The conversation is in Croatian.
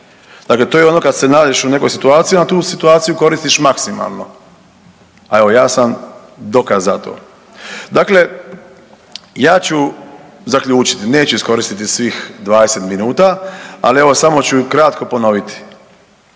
Dakle, to je ono kad se nađeš u nekoj situaciji onda tu situaciju koristiš maksimalno. A evo ja sam dokaz za to. Dakle, ja ću zaključiti, neću iskoristiti svih 20 minuta, ali evo samo ću kratko ponoviti.